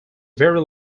very